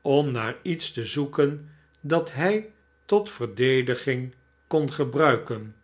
om naar iets te zoeken dat hij tot verdediging kon gebruiken